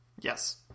yes